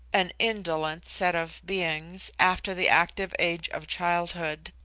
an indolent set of beings after the active age of childhood.